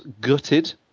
gutted